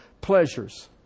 pleasures